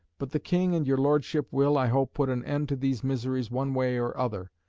but the king and your lordship will, i hope, put an end to these miseries one way or other.